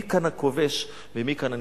מי כאן הכובש ומי כאן הנכבש?